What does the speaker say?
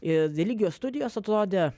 ir religijos studijos atrodė